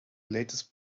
latest